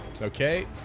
Okay